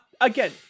Again